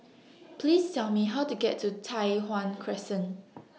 Please Tell Me How to get to Tai Hwan Crescent